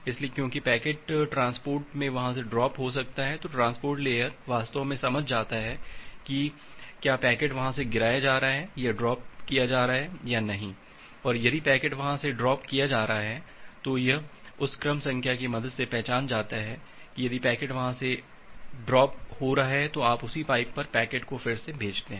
इसलिए क्योंकि packet transport में वहां से ड्राप हो सकता है ट्रांसपोर्ट लेयर वास्तव में समझ जाता है कि क्या पैकेट वहाँ से गिराया जा रहा है या नहीं और यदि पैकेट वहाँ से गिराया जा रहा है तो यह उस क्रम संख्या की मदद से पहचाना जाता है यदि पैकेट वहाँ से गिराया जा रहा हैतो आप उसी पाइप पर पैकेट को फिर से भेजते हैं